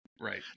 right